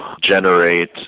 generate